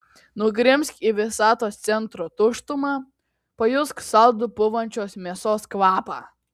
nugrimzk į visatos centro tuštumą pajusk saldų pūvančios mėsos kvapą